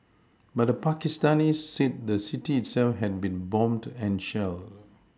but the Pakistanis said the city itself had been bombed and shelled